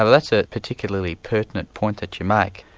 ah that's a particularly pertinent point that you make.